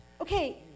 Okay